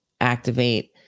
activate